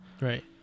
right